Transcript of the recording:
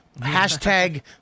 Hashtag